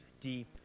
deep